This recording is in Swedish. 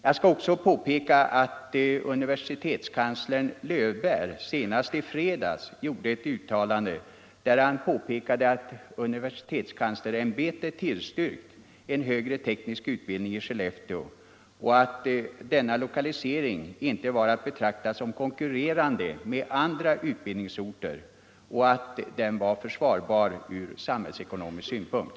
Jag vill även påpeka att universitetskansler Löwbeer senast i fredags gjorde ett uttalande, där han framhöll att universitetskanslersämbetet tillstyrkt en högre teknisk utbildning i Skellefteå och att denna lokalisering inte var att betrakta som konkurrerande med lokalisering till andra utbildningsorter samt att den var försvarbar från samhällsekonomisk synpunkt.